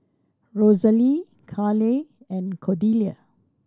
Rosalee Kaleigh and Cordelia